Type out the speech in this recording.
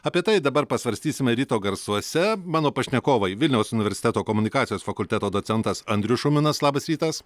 apie tai dabar pasvarstysime ryto garsuose mano pašnekovai vilniaus universiteto komunikacijos fakulteto docentas andrius šuminas labas rytas